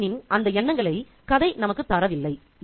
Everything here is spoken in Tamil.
சென்னனின் அந்த எண்ணங்களை கதை நமக்குத் தரவில்லை